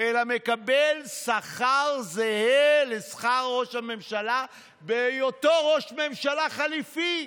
אלא מקבל שכר זהה לשכר ראש הממשלה בהיותו ראש ממשלה חליפי.